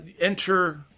enter